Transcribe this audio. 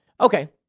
Okay